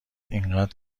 اینقد